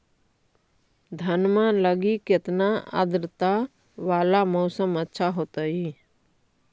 धनमा लगी केतना आद्रता वाला मौसम अच्छा होतई?